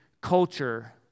culture